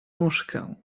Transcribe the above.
nóżkę